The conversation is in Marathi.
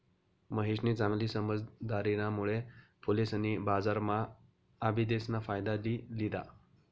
महेशनी चांगली समझदारीना मुळे फुलेसनी बजारम्हा आबिदेस ना फायदा लि लिदा